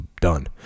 done